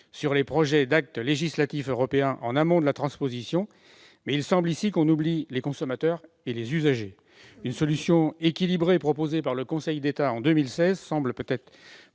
sur les projets d'actes législatifs européens en amont de la transposition ». Mais il semble ici que l'on oublie les consommateurs et les usagers. Une solution équilibrée proposée par le Conseil d'État en 2016 semble plus